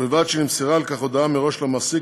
ובלבד שנמסרה על כך הודעה מראש למעסיק,